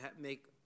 make